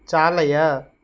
चालय